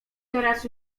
teraz